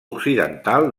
occidental